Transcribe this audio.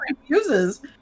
refuses